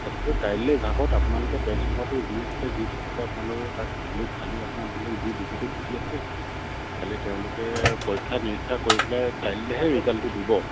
তথাপিও কাইলে ভাগত আপোনালোকৰ টেঞ্চফৰ্মাৰটো যি আছিলে যি নাছিলে আপোনালোকে তাত খুলি খালি আপোনাৰ ধৰি লওক যি বিজুতি ঘটি আছে কালি তেওঁলোকে পৰীক্ষা নিৰীক্ষা কৰি পেলাই কাইলেহে ৰিজাল্টটো দিব